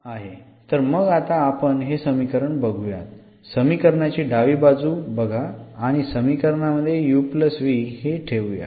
तर मग आता आपण हे समीकरण बघुयात समीकरणाची डावी बाजू बघा आणि समीकरणा मध्ये हे ठेवूयात